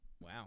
Wow